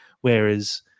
Whereas